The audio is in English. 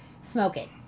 smoking